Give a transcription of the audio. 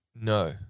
No